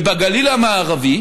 ובגליל המערבי